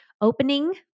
opening